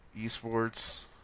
Esports